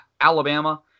alabama